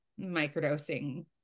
microdosing